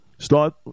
Start